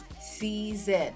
season